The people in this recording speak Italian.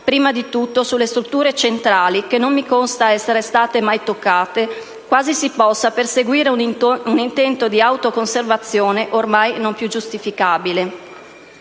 prima di tutto, sulle strutture centrali che non mi consta essere state mai toccate, quasi si possa perseguire un intento di autoconservazione ormai non più giustificabile.